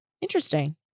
Interesting